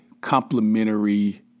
complementary